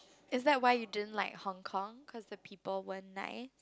is that why you didn't like Hong Kong cause the people weren't nice